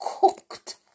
cooked